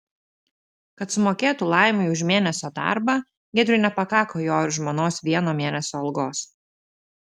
kad sumokėtų laimiui už mėnesio darbą giedriui nepakako jo ir žmonos vieno mėnesio algos